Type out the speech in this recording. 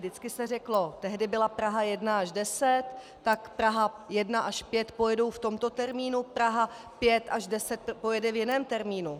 Vždycky se řeklo tehdy byla Praha 1 až 10 tak Praha 1 až 5 pojedou v tomto termínu, Praha 5 až 10 pojede v jiném termínu.